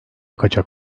kaçak